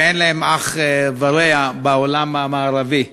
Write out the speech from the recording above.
שאין להם אח ורע בעולם המערבי.